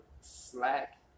slack